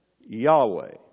Yahweh